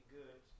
good